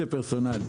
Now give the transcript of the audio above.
זה פרסונלי.